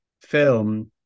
film